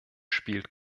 spielt